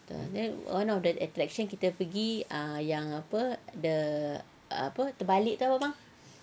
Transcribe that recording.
and one of the attraction kita pergi ah yang apa the apa terbalik tu apa bang